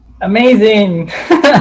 Amazing